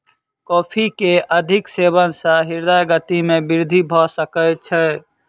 coffee के अधिक सेवन सॅ हृदय गति में वृद्धि भ सकै छै